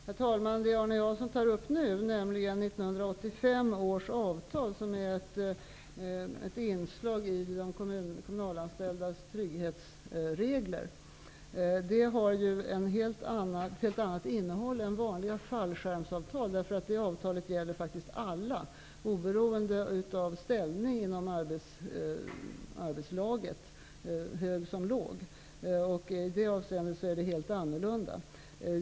Herr talman! Det Arne Jansson tar upp nu, nämligen 1985 års avtal, har ett helt annat innehåll än vanliga fallskärmsavtal. Det är ett inslag i de kommunalanställdas trygghetsregler. Det avtalet gäller faktiskt alla, hög som låg, oberoende av ställning inom arbetslaget. I det avseendet är det helt annorlunda.